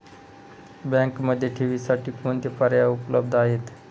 बँकेमध्ये ठेवींसाठी कोणते पर्याय उपलब्ध आहेत?